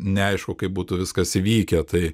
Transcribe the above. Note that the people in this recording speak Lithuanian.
neaišku kaip būtų viskas įvykę tai